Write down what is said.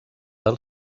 del